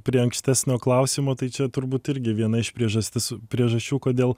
prie ankstesnio klausimo tai čia turbūt irgi viena iš priežastis priežasčių kodėl